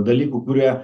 dalykų kurie